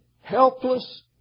helpless